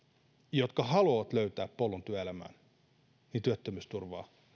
jotka haluavat löytää polun työelämään työttömyysturvaa